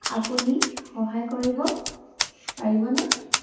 আপুনি সহায় কৰিব পাৰিবনে